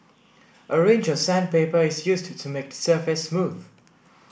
a range of sandpaper is used to make the surface smooth